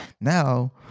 now